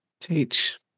teach